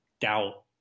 doubt